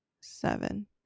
seven